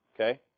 okay